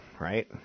right